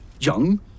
Young